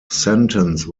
sentence